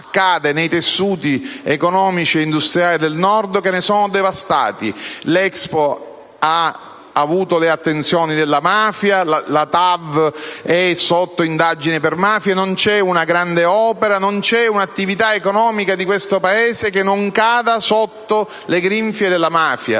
nel tessuto economico e industriale del Nord, che ne è devastato. L'Expo è stata oggetto delle attenzioni della mafia, la TAV è sotto indagine per mafia: non c'è una grande opera, non c'è un'attività economica di questo Paese che non cada sotto le grinfie della mafia.